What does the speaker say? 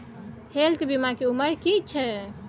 Health बीमा के उमर की छै?